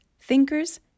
thinkers